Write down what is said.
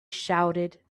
shouted